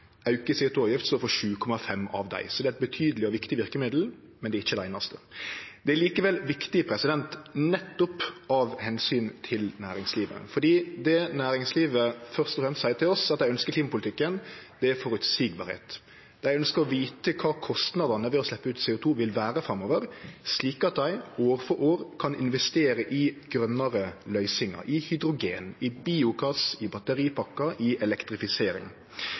auke i CO 2 -avgift står for 7,5 av dei. Så det er eit betydeleg og viktig verkemiddel, men det er ikkje det einaste. Det er likevel viktig nettopp av omsyn til næringslivet. For det næringslivet først og fremst seier til oss at dei ønskjer av klimapolitikken, er at han er føreseieleg. Dei ønskjer å vite kva kostnadene ved å sleppe ut CO 2 vil vere framover, slik at dei år for år kan investere i grønare løysingar – i hydrogen, i biogass, i batteripakkar, i elektrifisering.